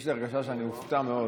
יש לי הרגשה שאני אופתע מאוד.